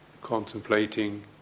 contemplating